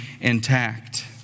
intact